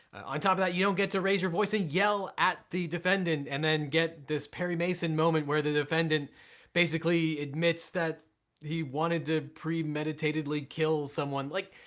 on top of that, you don't get to raise your voice and yell at the defendant and get this perry mason moment where the defendant basically admits that he wanted to pre meditatively kill someone. like,